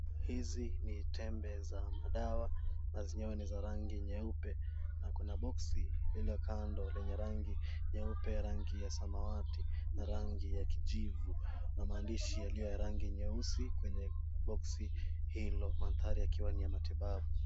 Hizi ni tembe za madawa na zenyewe ni za rangi nyeupe, na kuna boksi iliyo kando lenye rangi nyeupe, rangi ya samawati na rangi ya kijivu. Na maandishi yaliyo ya rangi nyeusi kwenye boksi hilo. Madhari yakiwa ni ya matibabu.